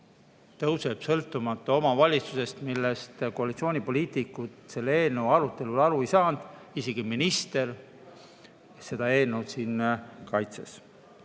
see sõltumata omavalitsusest. Paraku koalitsioonipoliitikud sellest eelnõu arutelul aru ei saanud, isegi minister seda eelnõu siin kaitses.